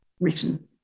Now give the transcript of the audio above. written